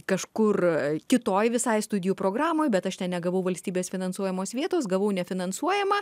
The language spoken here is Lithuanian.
kažkur kitoj visai studijų programoj bet aš negavau valstybės finansuojamos vietos gavau nefinansuojamą